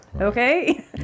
Okay